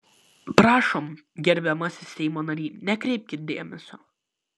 prašom gerbiamasis seimo nary nekreipkit dėmesio